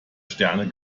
sterne